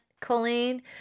Colleen